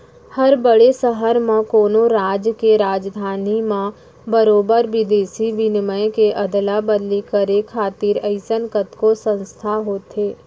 हर बड़े सहर म, कोनो राज के राजधानी म बरोबर बिदेसी बिनिमय के अदला बदली करे खातिर अइसन कतको संस्था होथे